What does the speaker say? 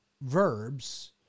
verbs